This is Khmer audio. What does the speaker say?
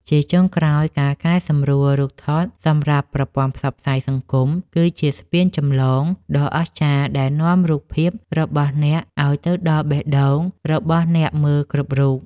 ជាចុងក្រោយ ការកែសម្រួលរូបថតសម្រាប់ប្រព័ន្ធផ្សព្វផ្សាយសង្គម គឺជាស្ពានចម្លងដ៏អស្ចារ្យដែលនាំរូបភាពរបស់អ្នកឱ្យទៅដល់បេះដូងរបស់អ្នកមើលគ្រប់រូប។